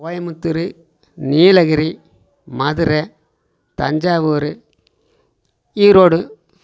Coimbatore Nilgiri Madurai Thanjavur Erode